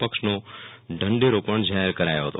પક્ષનો ઢંઢેરો પણ જાહેર કર્યો હતો